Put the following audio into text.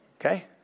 Okay